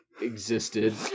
existed